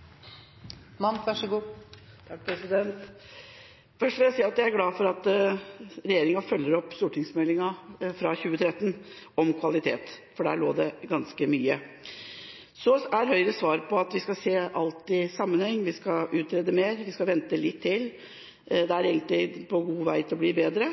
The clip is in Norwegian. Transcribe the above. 2013 om kvalitet, for der lå det ganske mye. Høyres svar er at vi skal se alt i sammenheng, vi skal utrede mer, vi skal vente litt til – det er egentlig på god vei til å bli bedre.